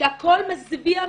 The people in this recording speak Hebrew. שהכל מזוויע,